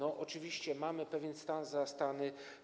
Oczywiście mamy pewien stan zastany.